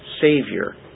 savior